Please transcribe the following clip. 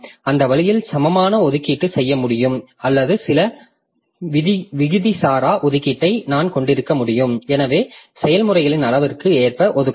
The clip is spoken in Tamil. அந்த வழியில் சமமான ஒதுக்கீடு செய்ய முடியும் அல்லது சில விகிதாசார ஒதுக்கீட்டை நான் கொண்டிருக்க முடியும் எனவே செயல்முறைகளின் அளவிற்கு ஏற்ப ஒதுக்கலாம்